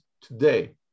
today